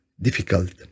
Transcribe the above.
difficult